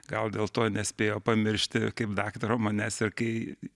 gal dėl to nespėjo pamiršti kaip daktaro manęs ir kai